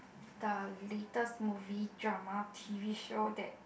the latest movie drama t_v show that